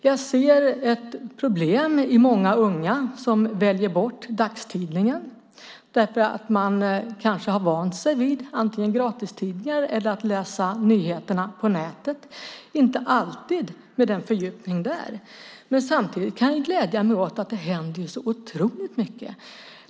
Jag ser ett problem i att många unga väljer bort dagstidningen därför att de kanske har vant sig vid gratistidningar eller vid att läsa nyheterna på nätet, där det inte alltid är en fördjupning. Men samtidigt kan jag glädja mig åt att det händer otroligt mycket.